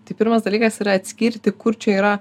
tai pirmas dalykas yra atskirti kur čia yra